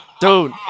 Dude